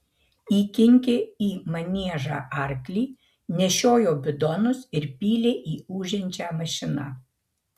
įkinkė į maniežą arklį nešiojo bidonus ir pylė į ūžiančią mašiną